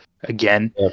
again